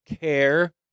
care